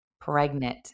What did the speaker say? pregnant